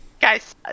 Guys